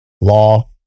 law